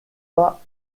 pas